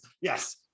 Yes